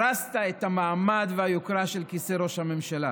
הרסת את המעמד והיוקרה של כיסא ראש הממשלה.